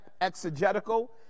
exegetical